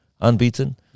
Unbeaten